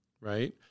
right